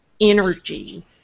energy